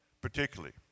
particularly